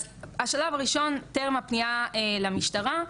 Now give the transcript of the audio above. אז השלב הראשון טרם הפנייה למשטרה,